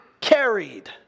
carried